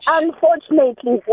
unfortunately